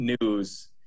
news